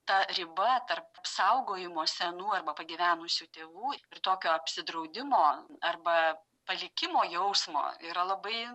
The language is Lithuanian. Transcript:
ta riba tarp saugojimo senų arba pagyvenusių tėvų ir tokio apsidraudimo arba palikimo jausmo yra labai